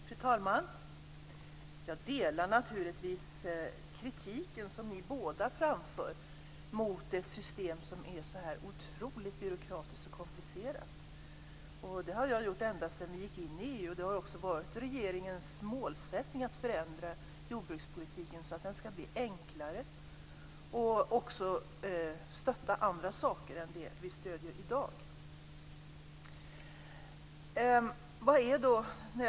Fru talman! Jag delar naturligtvis den kritik som ni båda framför mot ett system som är så oerhört byråkratiskt och komplicerat som detta. Det har jag gjort ända sedan Sverige gick in i EU, och det har också varit regeringens målsättning att förändra jordbrukspolitiken så att den ska bli enklare och även stötta andra saker än det som stöds i dag.